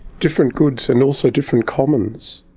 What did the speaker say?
different goods and also different commons.